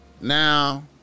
Now